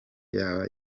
yaba